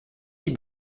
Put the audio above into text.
die